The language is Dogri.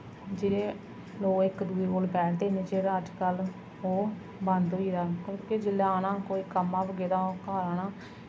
जेह्ड़े लोक इक दूए कोल बैठदे हे जेह्ड़ा अज्ज कल ओह् बंद होई गेदा क्योंकि जिसलै आना कम्मा पर गेदा होग घर आना